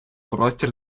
простір